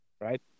right